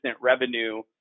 revenue